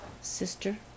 Sister